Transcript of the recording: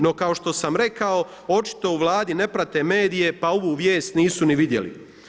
No, kao što sam rekao očito u Vladi ne prate medije pa ovu vijest nisu ni vidjeli.